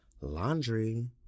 laundry